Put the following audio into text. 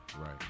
Right